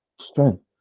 Strength